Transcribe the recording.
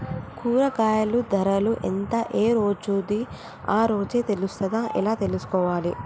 కూరగాయలు ధర ఎంత ఏ రోజుది ఆ రోజే తెలుస్తదా ఎలా తెలుసుకోవాలి?